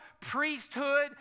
priesthood